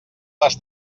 les